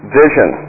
vision